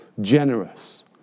generous